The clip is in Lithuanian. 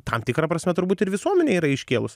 tam tikra prasme turbūt ir visuomenė yra iškėlus